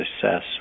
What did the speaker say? success